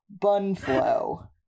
Bunflow